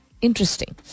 Interesting